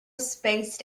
spaced